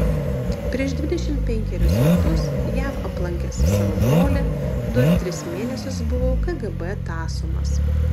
prieš dvidešimt penkerius metus jav aplankęs savo brolį du ar tris mėnesius buvau kgb tąsomas